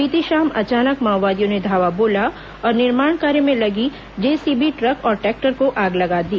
बीती शाम अचानक माओवादियों ने धावा बोला और निर्माण कार्य में लगी जेसीबी ट्रक और ट्रैक्टर को आग लगा दी